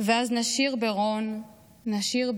/ ואז נשיר ברון / נשיר ברון.